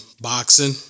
boxing